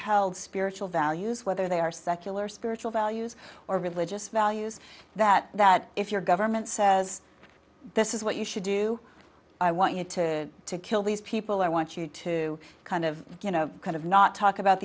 held spiritual values whether they are secular spiritual values or religious values that that if your government says this is what you should do i want you to to kill these people i want you to kind of you know kind of not talk about